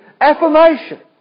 affirmation